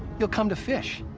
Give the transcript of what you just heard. you'll come to fish.